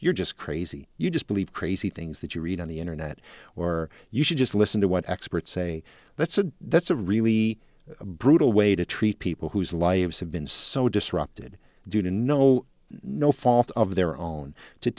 you're just crazy you just believe crazy things that you read on the internet or you should just listen to what experts say that's a that's a really brutal way to treat people whose lives have been so disrupted due to no no fault of their own to